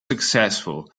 successful